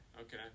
okay